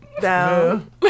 down